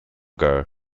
girl